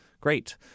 great